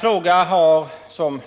Som